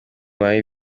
marie